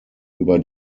über